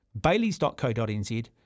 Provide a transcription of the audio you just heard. baileys.co.nz